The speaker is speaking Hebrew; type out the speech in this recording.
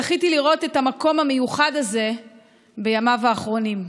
זכיתי לראות את המקום המיוחד הזה בימיו האחרונים.